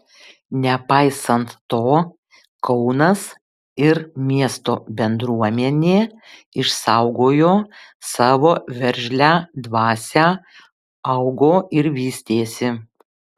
nepaisant to kaunas ir miesto bendruomenė išsaugojo savo veržlią dvasią augo ir vystėsi